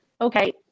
Okay